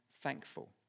thankful